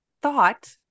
thought